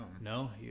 No